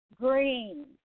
Green